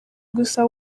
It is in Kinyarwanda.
gusa